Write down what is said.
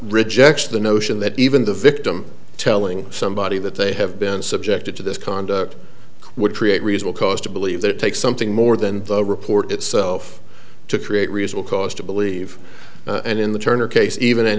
rejects the notion that even the victim telling somebody that they have been subjected to this conduct would create reasonable cause to believe that it takes something more than the report itself to create reasonable cause to believe and in the turner case even an